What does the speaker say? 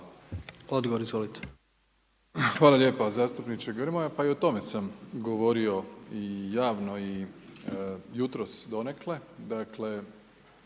Andrej (HDZ)** Hvala lijepa zastupnike Grmoja. Pa i o tome sam govorio i javno i jutros donekle.